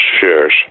shares